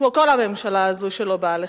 כמו כל הממשלה הזו שלא באה לכאן.